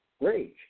rage